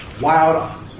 wild